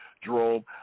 Jerome